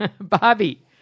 Bobby